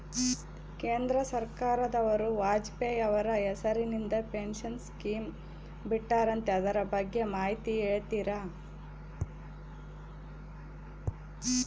ಕೇಂದ್ರ ಸರ್ಕಾರದವರು ವಾಜಪೇಯಿ ಅವರ ಹೆಸರಿಂದ ಪೆನ್ಶನ್ ಸ್ಕೇಮ್ ಬಿಟ್ಟಾರಂತೆ ಅದರ ಬಗ್ಗೆ ಮಾಹಿತಿ ಹೇಳ್ತೇರಾ?